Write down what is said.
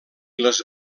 les